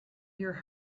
your